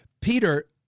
Peter